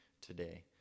today